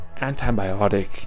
antibiotic